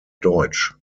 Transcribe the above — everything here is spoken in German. deutsch